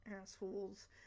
assholes